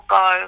go